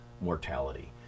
mortality